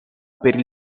per